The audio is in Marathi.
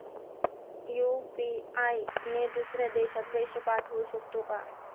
यु.पी.आय ने दुसऱ्या देशात पैसे पाठवू शकतो का?